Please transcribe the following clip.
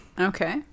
Okay